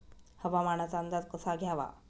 हवामानाचा अंदाज कसा घ्यावा?